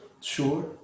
sure